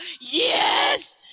yes